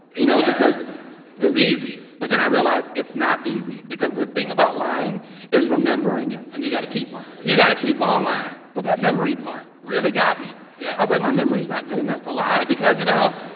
you know, because it was easy, but then i realized it's not easy because the thing about lying is remembering it and you've got to keep lying you've got to keep on lying, but that memory part really got me yeah i was like, my memory's not good enough to lie because, you know,